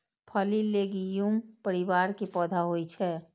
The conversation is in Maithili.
फली लैग्यूम परिवार के पौधा होइ छै